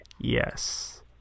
Yes